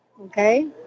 Okay